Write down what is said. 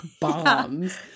bombs